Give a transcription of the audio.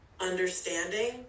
understanding